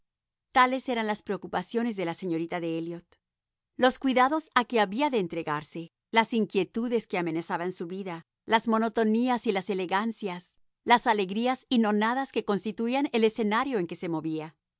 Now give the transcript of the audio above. tales eran las preocupaciones de la señorita de elliot los cuidados a que había de entregarse las inquietudes que amenazaban su vida las monotonías y las elegancias las alegrías y nonadas que constituían el escenario en que se movía